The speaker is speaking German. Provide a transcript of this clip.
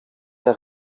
der